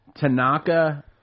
tanaka